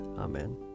Amen